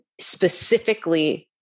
specifically